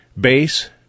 Base